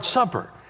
supper